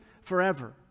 forever